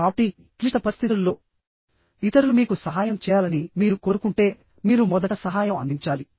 కాబట్టి క్లిష్ట పరిస్థితుల్లో ఇతరులు మీకు సహాయం చేయాలని మీరు కోరుకుంటే మీరు మొదట సహాయం అందించాలి